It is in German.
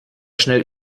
schnell